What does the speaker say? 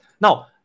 Now